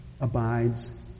abides